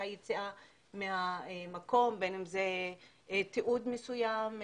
כניסה/יציאה מהמקום, בין אם זה תיעוד מסוים.